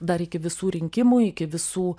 dar iki visų rinkimų iki visų